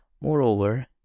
Moreover